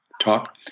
talk